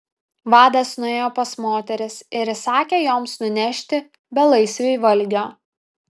vadas nuėjo pas moteris ir įsakė joms nunešti belaisviui valgio